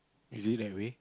is it that way